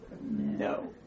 No